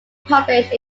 published